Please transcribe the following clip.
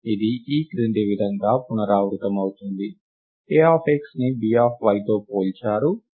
ఇది ఈ క్రింది విధంగా పునరావృతమవుతుంది Ax ని By తో పోల్చారు